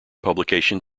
publication